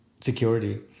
security